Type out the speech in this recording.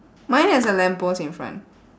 mine has a lamp post in front